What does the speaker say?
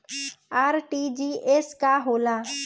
RTGS का होला?